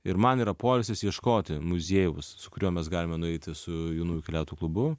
ir man yra poilsis ieškoti muziejaus su kuriuo mes galime nueiti su jaunųjų keliautojų klubu